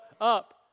up